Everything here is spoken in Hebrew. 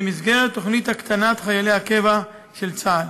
במסגרת תוכנית הקטנת מספר חיילי הקבע של צה"ל.